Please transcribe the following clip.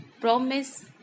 promise